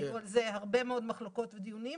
היו על זה הרבה מאוד מחלוקות ודיונים.